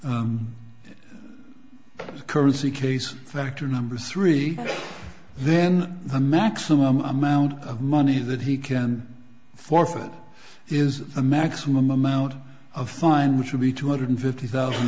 follow the currency case factor number three then the maximum amount of money that he can forfeit is the maximum amount of fine which would be two hundred fifty thousand